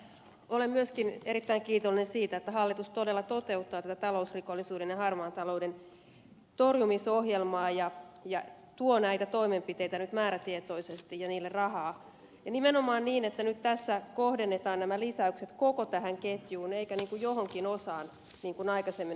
olen myöskin erittäin kiitollinen siitä että hallitus todella toteuttaa tätä talousrikollisuuden ja harmaan talouden torjumisohjelmaa ja tuo näitä toimenpiteitä nyt määrätietoisesti ja niille rahaa ja nimenomaan niin että nyt tässä kohdennetaan nämä lisäykset koko tähän ketjuun eikä johonkin osaan niin kuin aikaisemmin